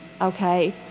okay